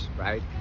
right